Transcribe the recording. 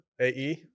A-E